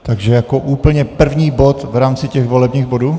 Takže jako úplně první bod v rámci těch volebních bodů?